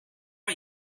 are